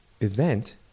event